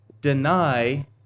deny